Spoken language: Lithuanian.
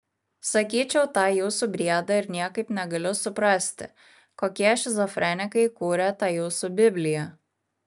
sakyčiau tą jūsų briedą ir niekaip negaliu suprasti kokie šizofrenikai kūrė tą jūsų bibliją